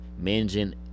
managing